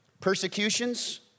Persecutions